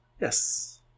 Yes